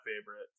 favorite